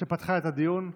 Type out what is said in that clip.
שפתחה את הדיון.